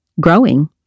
growing